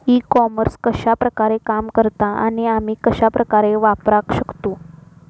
E commerce कश्या प्रकारे काम करता आणि आमी कश्या प्रकारे वापराक शकतू?